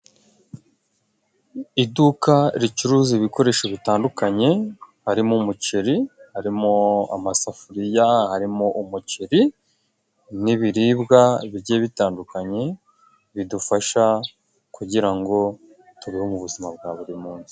Iduka ricuruza ibikoresho bitandukanye, harimo umuceri, harimo amasafuriya, harimo umuceri n'ibiribwa bigiye bitandukanye bidufasha, kugira ngo tubeho mu buzima bwa buri munsi.